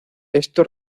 esto